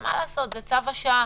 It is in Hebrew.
מה לעשות, זה צו השעה.